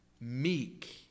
meek